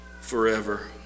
forever